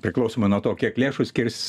priklausomai nuo to kiek lėšų skirs